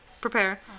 Prepare